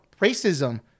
racism